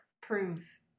prove